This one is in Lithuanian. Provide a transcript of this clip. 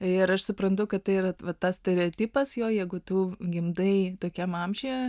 ir aš suprantu kad tai yra tas stereotipas jo jeigu tu gimdai tokiam amžiuje